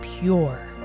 pure